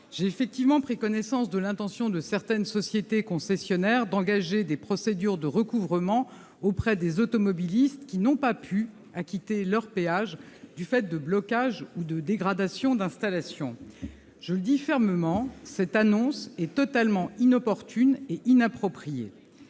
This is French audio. j'ai effectivement pris connaissance de l'intention de certaines sociétés concessionnaires d'engager des procédures de recouvrement auprès des automobilistes qui n'ont pas pu acquitter leurs péages du fait de blocages ou de dégradations d'installations. Je le dis fermement, cette annonce est totalement inopportune et inappropriée.